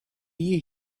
you